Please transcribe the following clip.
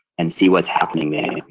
and see what's happening there.